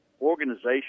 organization